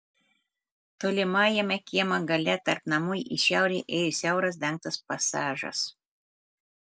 tolimajame kiemo gale tarp namų į šiaurę ėjo siauras dengtas pasažas